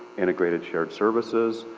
integrated shared services,